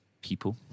people